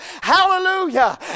Hallelujah